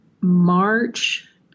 March